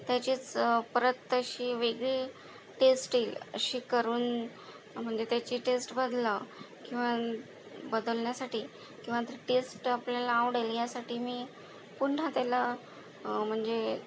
त्याचीच परत तशी वेगळी टेस्ट येईल अशी करून म्हणजे त्याची टेस्ट बदलाव किंवा बदलण्यासाठी किंवा टेस्ट आपल्याला आवडेल ह्यासाठी मी पुन्हा त्याला म्हणजे